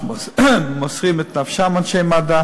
את אנשי מד"א